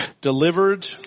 delivered